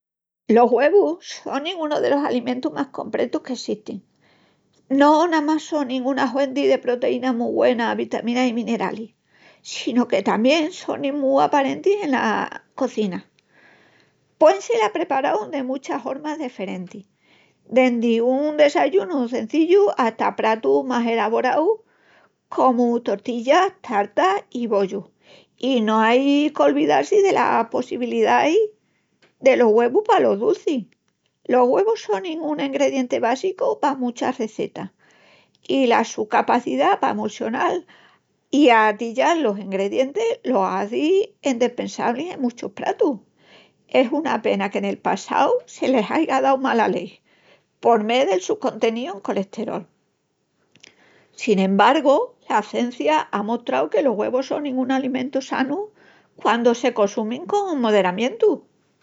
Los güevus sonin unu delos alimentus más compretus qu'essistin. No namas sonin una huenti de proteínas mu güena, vitaminas i mineralis, sino que tamién sonin mu aparentis ena cozina. Puen sel apreparaus de muchas hormas deferentis, dendi un desayunu cenzillu ata pratus más elaboraus comu tortillas, tartas i bollus. Y no ai qu'olvial-si delas possibilidais delos güevus palos ducis. Los güevus sonin un engredienti básicu pa muchas recetas, i la su capacidá pa emulsional i atillal los engredientis los hazi endispensablis en muchus pratus. Es una pena que nel passau se les aiga dau mala lei por mé del su conteníu en colesterol. Sin embargu, la cencia a amostrau que los güevus sonin un alimentu sanu quandu se consumin con moderamientu.